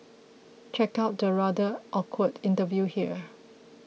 check out the rather awkward interview here